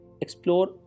explore